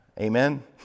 Amen